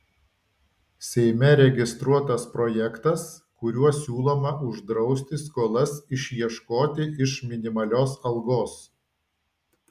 seime registruotas projektas kuriuo siūloma uždrausti skolas išieškoti iš minimalios algos